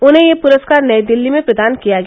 उन्हे यह पुरस्कार नई दिल्ली में प्रदान किया गया